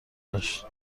داشت